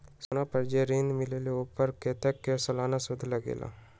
सोना पर जे ऋन मिलेलु ओपर कतेक के सालाना सुद लगेल?